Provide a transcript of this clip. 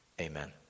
Amen